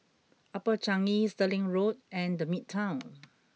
upper Changi Stirling Road and the Midtown